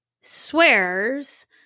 swears